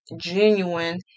genuine